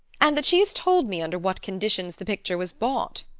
and that she has told me under what conditions the picture was bought.